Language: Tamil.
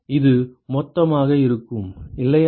இது மொத்தமாக இருக்கும் இல்லையா